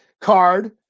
card